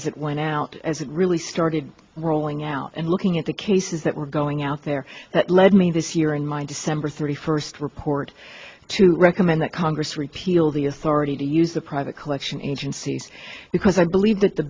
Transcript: as it went out as it really started rolling out and looking at the cases that were going out there that led me this year in my december thirty first report to recommend that congress repealed the authority to use the private collection agencies because i believe that the